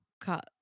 cut